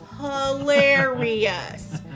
hilarious